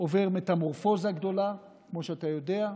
עובר מטמורפוזה גדולה, כמו שאתה יודע.